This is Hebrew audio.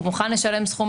הוא מוכן לשלם סכום משמעותי,